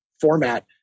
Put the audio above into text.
format